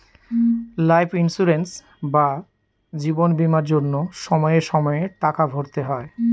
life insurance বা জীবন বীমার জন্য সময়ে সময়ে টাকা ভরতে হয়